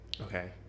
okay